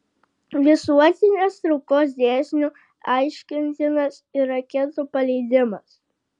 visuotinės traukos dėsniu aiškintinas ir raketų paleidimas